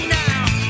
now